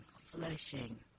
flushing